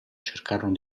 cercarono